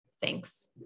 Thanks